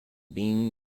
being